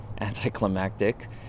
anticlimactic